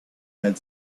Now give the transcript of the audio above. had